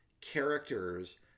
characters